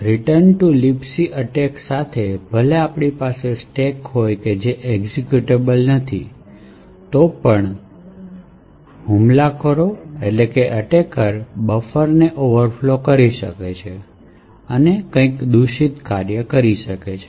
return to libc attack સાથે ભલે આપણી પાસે સ્ટેક હોય જે એક્ઝેક્યુટેબલ નથી તો પણ કોઈ આક્રમણ કરનાર બફરને ઓવરફ્લો કરી શકશે અને કંઈક દૂષિત કરી શકશે